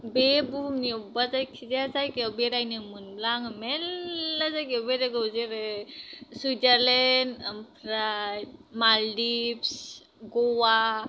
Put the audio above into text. बे बुहुमनि अबेबा जायखि जाया जायगायाव बेरायनो मोनब्ला आङो मेरला जायगायाव बेरायगौ जेरै सुइजारलेण्ड ओमफ्राय मालदिफस ग'वा